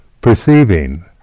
perceiving